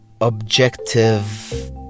objective